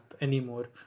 anymore